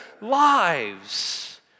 lives